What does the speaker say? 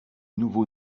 nouveau